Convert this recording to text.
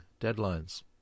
deadlines